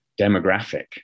demographic